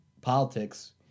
politics